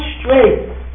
straight